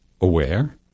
aware